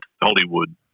Hollywood